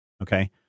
Okay